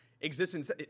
existence